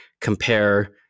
compare